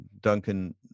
duncan